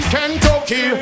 Kentucky